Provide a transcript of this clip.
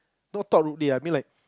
not talk rudely I mean like